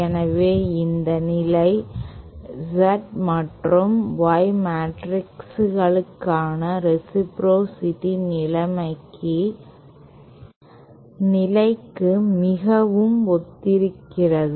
எனவே இந்த நிலை Z மற்றும் Y மெட்ரிக்குகளுக்கான ரேசிப்ரோசிடி நிலைக்கு மிகவும் ஒத்திருக்கிறது